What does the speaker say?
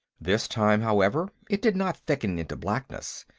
this time, however, it did not thicken into blackness.